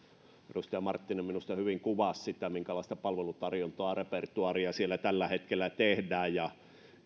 edustaja marttinen minusta hyvin kuvasi sitä minkälaista palvelutarjontaa repertuaaria siellä tällä hetkellä tehdään ja